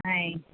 ఆయ్